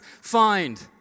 find